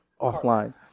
offline